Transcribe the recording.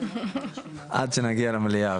עד שנגיע למליאה.